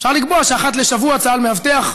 אפשר לקבוע שאחת לשבוע צה"ל מאבטח,